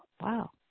Wow